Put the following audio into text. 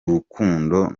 rukundo